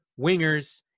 wingers